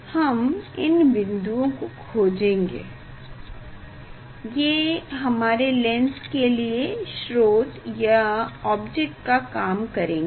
हम इन बिंदुओं को खोजेंगे ये हमरे लेंस के लिए स्रोत या ऑब्जेक्ट का काम करेंगे